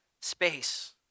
space